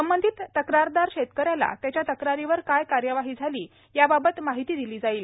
संबंधित तक्रारदार शेतकऱ्याला त्याच्या तक्रारीवर काय कार्यवाही झाली याबाबत माहिती दिली जाईल